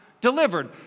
delivered